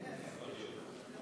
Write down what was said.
איך יכול להיות?